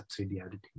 subsidiarity